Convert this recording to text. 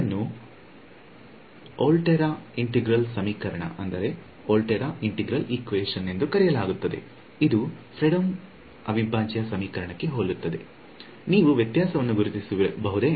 ಇದನ್ನು Volterra integral ಸಮೀಕರಣ Volterra integral equation ಎಂದು ಕರೆಯಲಾಗುತ್ತದೆ ಇದು ಫ್ರೆಡ್ಹೋಮ್ ಅವಿಭಾಜ್ಯ ಸಮೀಕರಣಕ್ಕೆ ಹೋಲುತ್ತದೆ ನೀವು ವ್ಯತ್ಯಾಸವನ್ನು ಗುರುತಿಸಬಹುದೇ